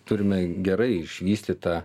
turime gerai išvystytą